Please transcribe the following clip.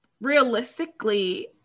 realistically